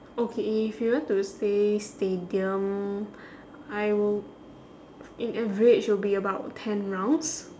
okay if you want to say stadium I will in average will be about ten rounds